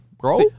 Bro